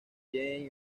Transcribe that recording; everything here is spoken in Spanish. jaime